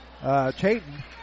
Chayton